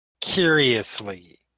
curiously